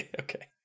Okay